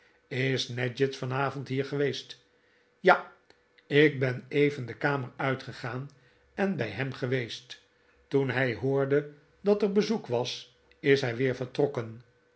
is nadgett vanavond hier geweest ja ik ben even de kamer uitgegaan en bij hem geweest toen hij hoorde dat er bezoek was is hij weer vertrokken